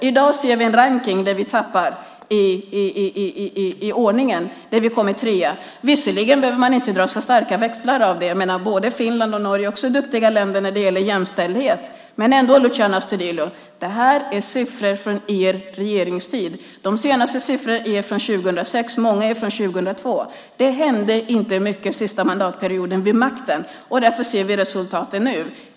I dag ser vi att vi tappar i rankning och nu kommer trea. Visserligen behöver man inte dra så stora växlar på det; både Finland och Norge är duktiga länder när det gäller jämställdhet. Men ändå, Luciano Astudillo: Detta är siffror från er regeringstid. De senaste är från 2006, många är från 2002. Det hände inte mycket under er sista mandatperiod vid makten. Nu ser vi resultaten.